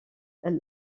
elle